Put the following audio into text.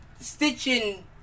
stitching